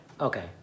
Okay